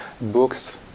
books